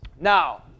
Now